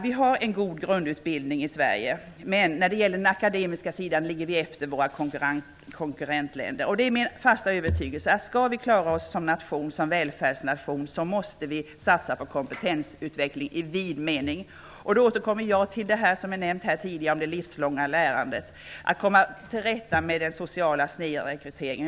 Vi har en god grundutbildning i Sverige, men när det gäller den akademiska sidan ligger vi efter våra konkurrentländer. Det är min fasta övertygelse att om vi skall klara oss som välfärdsnation så måste vi satsa på kompetensutveckling i vid mening. Jag återkommer till det som nämnts tidigare om det livslånga lärandet. Vi måste komma till rätta med den sociala snedrekryteringen.